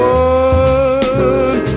one